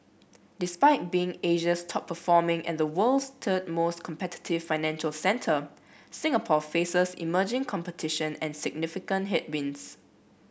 despite being Asia's top performing and the world's third most competitive financial centre Singapore faces emerging competition and significant headwinds